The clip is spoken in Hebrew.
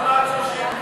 למה עד 30?